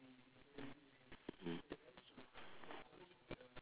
mmhmm